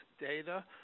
data